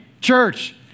church